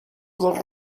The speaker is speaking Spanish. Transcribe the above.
nos